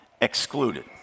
excluded